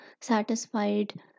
satisfied